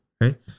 right